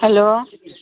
hello